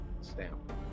Stamp